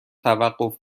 توقف